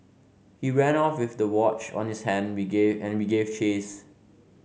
he ran off with the watch on his hand we gave and we gave chase